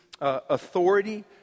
authority